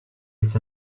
it’s